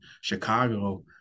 Chicago